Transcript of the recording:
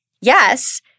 yes